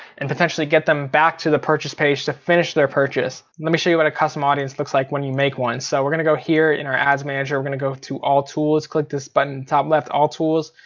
and potentially get them back to the purchase page to finish their purchase. let me show you what a custom audience looks like when you make one. so we're gonna go here in our ads manager, we're gonna go to all tools. click this button in the top left, all tools,